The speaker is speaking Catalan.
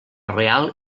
real